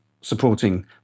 supporting